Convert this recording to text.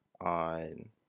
on